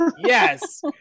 Yes